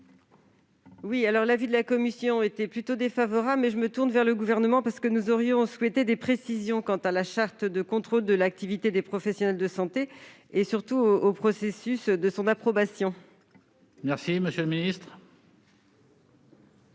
? L'avis de la commission était plutôt défavorable, mais je me tourne vers le Gouvernement, parce que nous aurions souhaité des précisions quant à cette charte du contrôle de l'activité des professionnels de santé et au processus de son approbation. Quel est l'avis